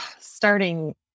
starting